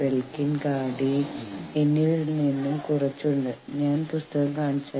labour relations പ്രക്രിയ നിയന്ത്രിക്കാൻ മൂന്ന് വഴികളുണ്ടെന്ന് ഞാൻ നിങ്ങളോട് പറഞ്ഞു